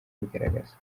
abigaragaza